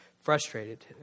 frustrated